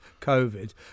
COVID